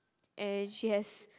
and she has